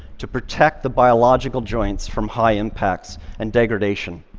to protect the biological joints from high impacts and degradation.